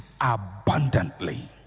abundantly